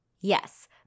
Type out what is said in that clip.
yes